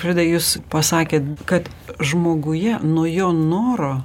frida jūs pasakėt kad žmoguje nuo jo noro